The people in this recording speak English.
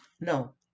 No